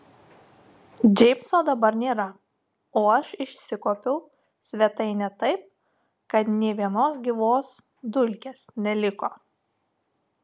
džeimso dabar nėra o aš išsikuopiau svetainę taip kad nė vienos gyvos dulkės neliko